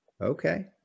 Okay